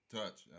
touch